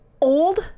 old